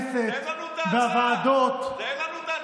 והכנסת והוועדות, לא הבנו את ההצעה.